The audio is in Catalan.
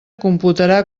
computarà